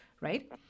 right